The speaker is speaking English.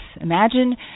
imagine